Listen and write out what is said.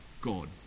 God